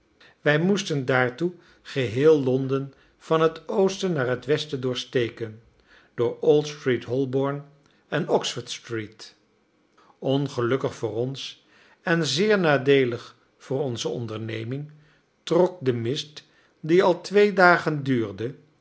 wij moesten daartoe geheel londen van het oosten naar het westen doorsteken door old street holborn en oxford street ongelukkig voor ons en zeer nadeelig voor onze onderneming trok de mist die al twee dagen duurde